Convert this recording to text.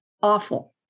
awful